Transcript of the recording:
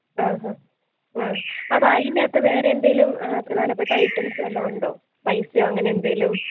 ആ ഹാ ആ ബാഗിൻ്റെ അകത്ത് വേറെ എന്തെങ്കിലും പ്രധാനപ്പെട്ട ഐറ്റംസ് വല്ലതും ഉണ്ടോ പൈസയോ അങ്ങനെ എന്തെങ്കിലും